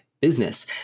business